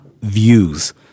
views